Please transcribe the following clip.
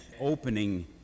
opening